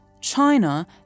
China